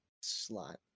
slot